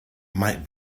might